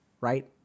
Right